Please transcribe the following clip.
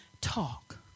talk